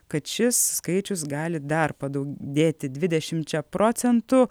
kad šis skaičius gali dar padau dėti dvidešimčia procentų